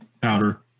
powder